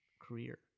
career